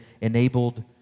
enabled